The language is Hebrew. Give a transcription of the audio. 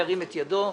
ירים את ידו.